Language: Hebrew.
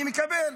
אני מקבל.